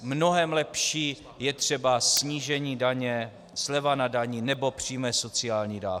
Mnohem lepší je třeba snížení daně, sleva na dani nebo přímé sociální dávky.